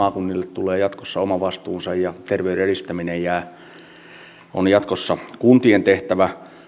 maakunnille tulee jatkossa oma vastuunsa ja terveyden edistäminen on jatkossa kuntien tehtävä